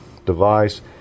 device